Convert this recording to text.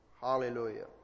Hallelujah